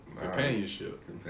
Companionship